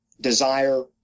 desire